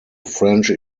french